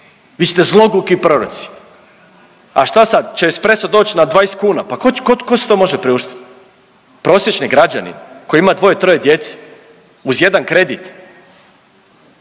vi ste zloguki proroci, a šta sad, će espresso doć na 20 kuna, pa ko, ko si to može priuštit, prosječni građanin koji ima 2-3 djece, uz jedan kredit,